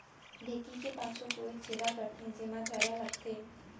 ढेंकी के पाछू कोइत छेदा करथे, जेमा थरा लगथे